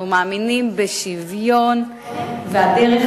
אנחנו מאמינים בשוויון, והדרך